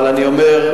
אבל אני אומר,